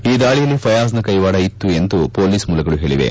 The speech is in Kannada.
ಈ ದಾಳಿಯಲ್ಲಿ ಫಯಾಜ್ನ ಕೈವಾಡ ಇತ್ತು ಎಂದು ಹೊಲೀಸ್ ಮೂಲಗಳು ಹೇಳಿವೆ